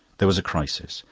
there was a crisis.